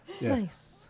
Nice